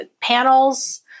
panels